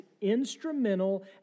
instrumental